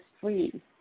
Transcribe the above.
free